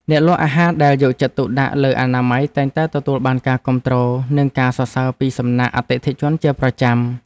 អ្នកលក់អាហារដែលយកចិត្តទុកដាក់លើអនាម័យតែងតែទទួលបានការគាំទ្រ និងការសរសើរពីសំណាក់អតិថិជនជាប្រចាំ។